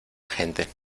gente